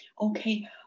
okay